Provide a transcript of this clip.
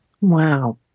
Wow